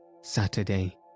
Saturday